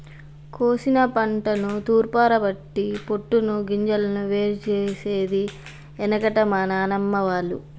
కోశిన పంటను తూర్పారపట్టి పొట్టును గింజలను వేరు చేసేది ఎనుకట మా నానమ్మ వాళ్లు